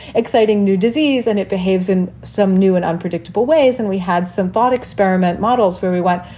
exciting new disease. and it behaves in some new and unpredictable ways. and we had some thought experiment models where we went,